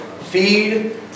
feed